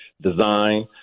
design